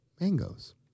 Mangoes